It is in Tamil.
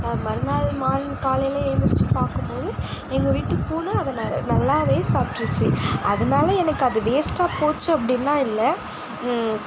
மறுநாள் மார்னிங் காலையில எழுந்திருச்சு பார்க்கும்போது எங்கள் வீட்டு பூனை அதை ந நல்லாவே சாப்பிட்ருச்சு அதனால எனக்கு அது வேஸ்ட்டாக போச்சு அப்படின்லாம் இல்லை